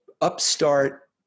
upstart